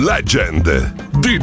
Legend